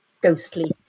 ghostly